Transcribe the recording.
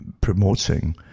promoting